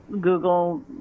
Google